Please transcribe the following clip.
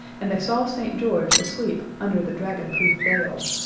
and they saw st. george asleep under the dragonproof veil.